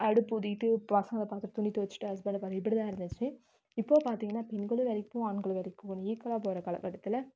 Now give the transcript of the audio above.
அடுப்பு ஊதிக்கிட்டு பசங்களை பார்த்துட் துணி துவச்சிட்டு ஹஸ்பண்டை பார்த்துக்கிட்டு இப்படி தான் இருந்துச்சு இப்போது பார்த்திங்கன்னா பெண்களும் வேலைக்கு போகணும் ஆண்களும் வேலைக்கு போகணும் ஈக்குவலாக போகிற காலகட்டத்தில்